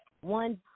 One